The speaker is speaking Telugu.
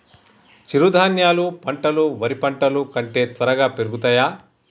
చిరుధాన్యాలు పంటలు వరి పంటలు కంటే త్వరగా పెరుగుతయా?